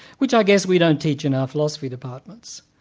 which i guess we don't teach in our philosophy departments,